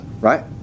right